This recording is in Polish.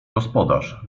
gospodarz